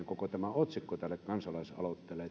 koko otsikko tälle kansalaisaloitteelle